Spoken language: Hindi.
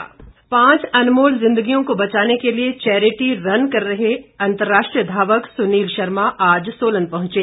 धावक पांच अनमोल जिंदगियों को बचाने के लिए चैरिटी रन कर रहे अंतर्राष्ट्रीय धावक सुनील शर्मा आज सोलन पहुंचे